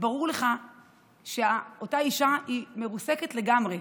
ברור לך שאותה אישה מרוסקת לגמרי,